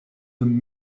them